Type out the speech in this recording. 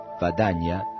vadanya